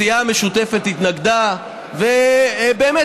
הסיעה המשותפת התנגדה ובאמת,